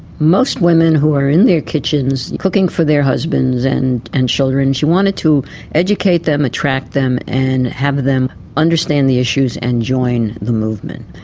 most women who are in their kitchens cooking for their husbands and and children, she wanted to educate them, attract them and have them understand the issues and join the movement.